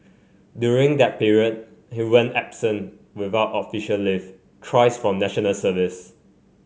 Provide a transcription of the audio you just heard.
during that period he went absent without official leave thrice from National Service